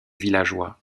villageois